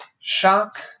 Shock